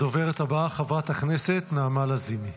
הדוברת הבאה, חברת הכנסת נעמה לזימי.